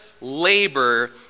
labor